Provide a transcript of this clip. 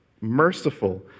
merciful